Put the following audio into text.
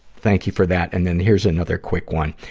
thank you for that. and then, here's another quick one,